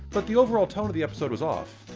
but the overall tone of the episode was off.